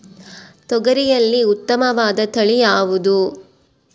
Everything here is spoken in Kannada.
ತೊಗರಿಯಲ್ಲಿ ಉತ್ತಮವಾದ ತಳಿ ಯಾವುದು?